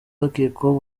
bakekwaho